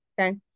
okay